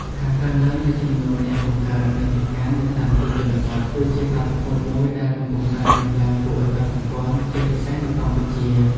ការកើនឡើងនៃចំនួន អ្នកបង្កើតមាតិកានៅតាមទីជនបទ គឺជាបាតុភូតមួយដែលកំពុងកើតមានឡើងគួរឱ្យកត់សម្គាល់ ជាពិសេសនៅកម្ពុជា។